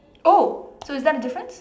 oh so is that a difference